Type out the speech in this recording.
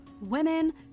women